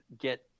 get